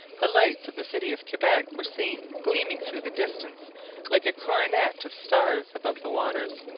the lights of the city of quebec were seen gleaming through the distance like a coronet of stars above the waters.